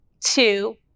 two